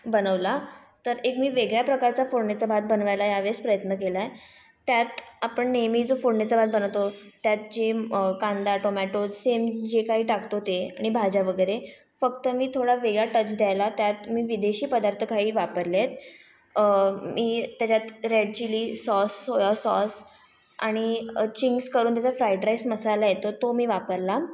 बनवला तर एक मी वेगळ्या प्रकारचा फोडणीचा भात बनवायला या वेळेस प्रयत्न केलाय त्यात आपण नेहमी जो फोडणीचा भात बनवतो त्यात जे कांदा टोमॅटो सेम जे काही टाकतो ते आणि भाज्या वगैरे फक्त मी थोडा वेगळा टच द्यायला त्यात मी विदेशी पदार्थ काही वापरलेत मी त्याच्यात red chilli sauce soya sauce आणि चिंग्ज करून त्याचा फ्राईड राईस मसाला येतो तो मी वापरला